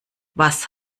was